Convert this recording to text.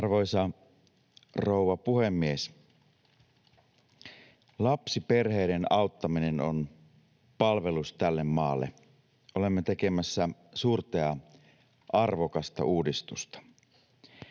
Arvoisa rouva puhemies! Lapsiperheiden auttaminen on palvelus tälle maalle — olemme tekemässä suurta ja arvokasta uudistusta.